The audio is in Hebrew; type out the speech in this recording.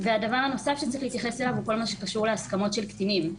והדבר הנוסף שצריך להתייחס אליו הוא כל מה שקשור להסכמות של קטינים.